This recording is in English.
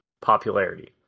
popularity